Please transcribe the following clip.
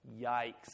Yikes